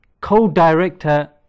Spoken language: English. co-director